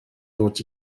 dod